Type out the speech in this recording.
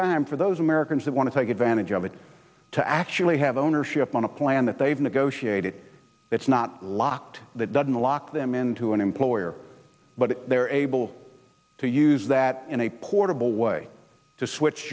time for those americans that want to take advantage of it to actually have ownership on a plan that they've negotiated it's not locked that doesn't lock them into an employer but they're able to use that in a portable way to switch